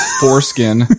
foreskin